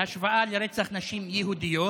בהשוואה לרצח נשים יהודיות?